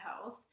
health